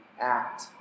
act